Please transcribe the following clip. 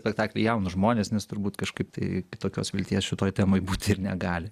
spektaklį į jaunus žmones nes turbūt kažkaip tai tokios vilties šitoj temoj būti ir negali